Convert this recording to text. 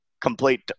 complete